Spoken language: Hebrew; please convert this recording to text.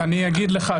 אני אגיד לך.